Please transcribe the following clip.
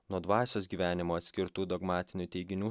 nuo dvasios gyvenimo atskirtų dogmatinių teiginių